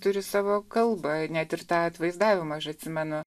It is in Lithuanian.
turi savo kalbą net ir tą atvaizdavimą aš atsimenu